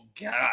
god